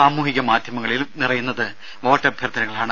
സാമൂഹിക മാധ്യമങ്ങളിലും നിറയുന്നതും വോട്ടഭ്യർത്ഥനകളാണ്